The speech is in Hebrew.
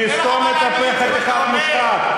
תסתום את הפה, חתיכת מושחת.